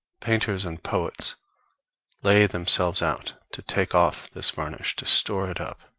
painters and poets lay themselves out to take off this varnish, to store it up,